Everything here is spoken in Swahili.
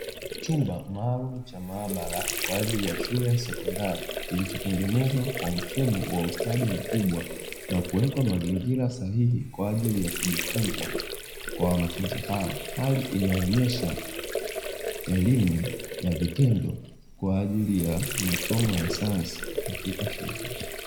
Chuma maalumu cha maabara kwa ajili ya shule za sekondari, kilichotengenezwa kwa mfumo wa ustadi mkubwa, na kuwekea mazingira sahihi kwa ajili ya kujifunza kwa wanafunzi hao, hali inayo onyesha elimu ya vitendo kwa ajili ya masomo ya sayansi katika shule hizo.